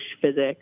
physics